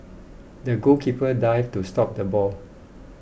the goalkeeper dived to stop the ball